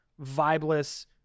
vibeless